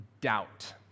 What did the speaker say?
doubt